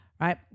right